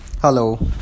hello